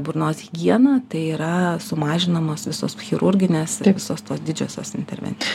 burnos higieną tai yra sumažinamos visos chirurginės visos tos didžiosios intervencijos